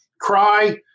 cry